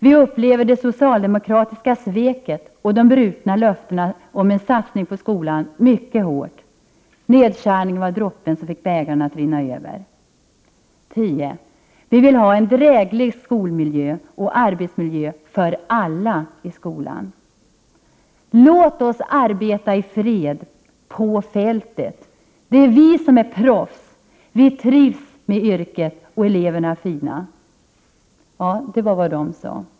Vi upplever det socialdemokratiska sveket och de brutna löftena om en satsning på skolan mycket hårt. Nedskärningen var droppen som fick bägaren att rinna över. 10. Vi vill ha en dräglig skolmiljö och arbetsmiljö för alla i skolan. Låt oss arbeta i fred på fältet! Det är vi som är proffs. Vi trivs med yrket, och eleverna är fina. Detta var något av vad de sade.